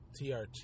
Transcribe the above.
TRT